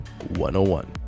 101